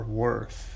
worth